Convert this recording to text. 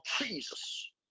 Jesus